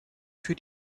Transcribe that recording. für